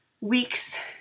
weeks